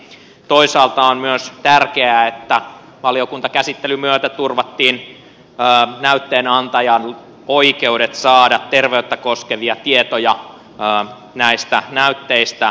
toisaalta on myös tärkeää että valiokuntakäsittelyn myötä turvattiin näytteenantajan oikeudet saada terveyttä koskevia tietoja näistä näytteistä johdettuna